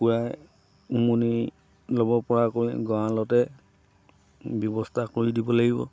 কুকুুৰাই উমনি ল'ব পৰাকৈ গঁৰালতে ব্যৱস্থা কৰি দিব লাগিব